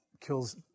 kills